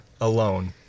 Alone